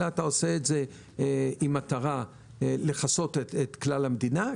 אלא אתה עושה את זה עם מטרה לכסות את כלל המדינה.